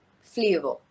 flavor